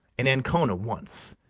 in ancona, once,